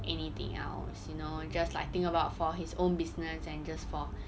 anything else you know just like think about for his own business and just for